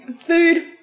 Food